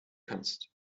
kannst